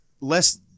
less